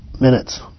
minutes